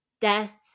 death